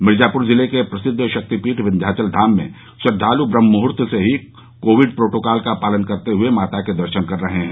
मिर्जापुर जिले के प्रसिद्ध शक्तिपीठ विन्ध्याचलधाम में श्रद्वालु ब्रह्ममुहूर्त से ही कोविड प्रोटोकॉल का पालन करते हुए माता के दर्शन कर रहे हैं